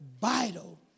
vital